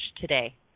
today